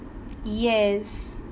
yes